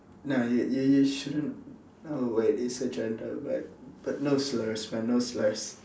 nah you you you shouldn't oh wait it's a gender but but no slurs man no slurs